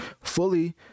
fully